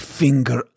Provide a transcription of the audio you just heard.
finger